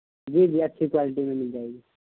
جی جی اچھی کوالٹی میں مل جائے گی